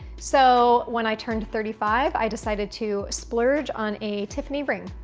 so when i turned thirty five i decided to splurge on a tiffany ring.